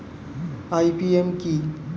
IPM কি?